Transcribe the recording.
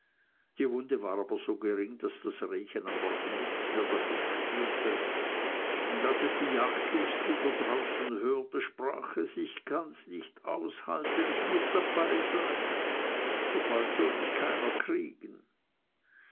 die wunde aber war so gering daß das rehchen am morgen nichts mehr davon spürte und als es die jagdlust wieder draußen hörte sprach es ich kanns nicht aushalten ich muß dabei sein so bald soll mich keiner kriegen